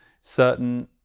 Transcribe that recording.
certain